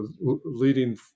leading